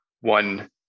one